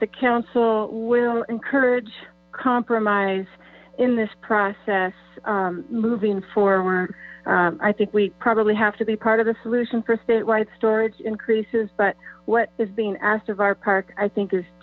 the council will encourage compromise in this process moving forward i think we probably have to be part of the solution for statewide storage increases but what is being asked o our park i hink there's